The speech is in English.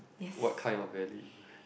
what kind of value